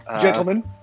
Gentlemen